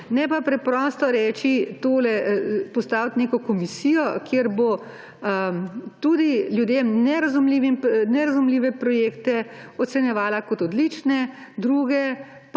Ne pa preprosto reči, postaviti neko komisijo, kjer bo tudi ljudem nerazumljive projekte ocenjevala kot odlične, druge